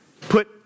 put